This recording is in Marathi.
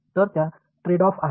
तर त्या ट्रेडऑफ आहेत